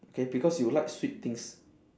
okay because you like sweet things